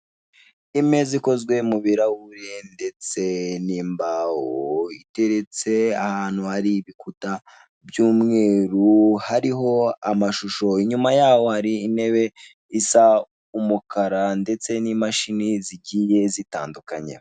Imeza ikozwe mu birahuri ndetse n'imbaho, iteretse ahantu hari ibikuta by'umweru, hariho amashusho. Inyuma yaho hari intebe isa umukara ndetse n'imashini zigiye zitandukanye.